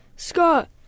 Scott